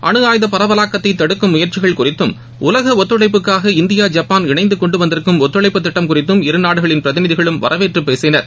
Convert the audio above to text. அனுஆயுத பரவலாக்கத்தை தடுக்கும் முயற்சிகள் குறித்தும் உலக ஒத்துழைப்புக்காக இந்தியா ஜப்பான் இணைந்து கொண்டு வந்திருக்கும் ஒத்துழைப்பு திட்டம் குறித்தும் இரு நாடுகளின் பிரதிநிதிகளும் வரவேற்று பேசினர்